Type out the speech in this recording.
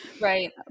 Right